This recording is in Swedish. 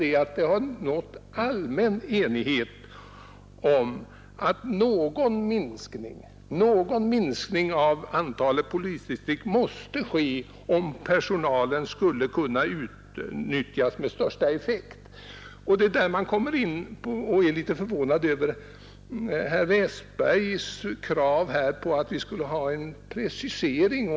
Det har rått allmän enighet om att någon minskning av antalet polisdistrikt måste genomföras, om personalen skall kunna utnyttjas med största effekt. Jag är därför något förvånad över herr Westbergs i Ljusdal nu framförda krav på en precisering.